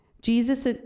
Jesus